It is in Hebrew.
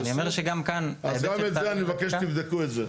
אני אומר שגם כאן --- אז גם את זה אני מבקש שתבדקו את זה.